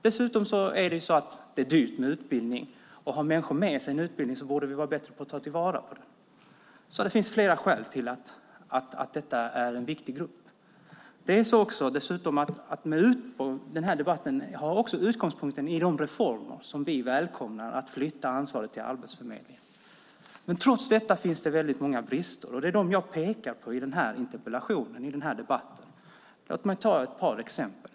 Dessutom är det dyrt med utbildning, och har människor med sig en utbildning borde vi vara bättre på att ta vara på den. Det finns alltså flera skäl till att detta är en viktig grupp. Den här debatten har också en utgångspunkt i reformen att flytta ansvaret till Arbetsförmedlingen. Även om vi välkomnar den finns det väldigt många brister, och det är dem jag pekar på i interpellationen och i den här debatten. Låt mig ta ett par exempel.